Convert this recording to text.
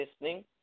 listening